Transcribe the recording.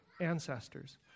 ancestors